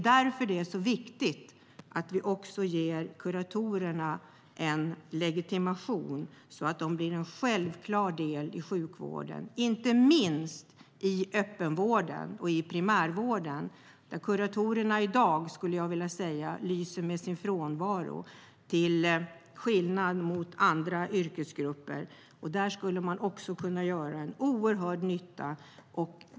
Därför är det viktigt att vi också ger kuratorerna en legitimation så att det blir en självklar del i sjukvården. Inte minst gäller det i öppen och primärvården där kuratorerna i dag lyser med sin frånvaro, till skillnad från andra yrkesgrupper. Här skulle legitimerade kuratorer kunna göra stor nytta.